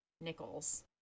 nickels